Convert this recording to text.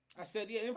i said yeah,